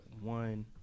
one